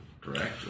correct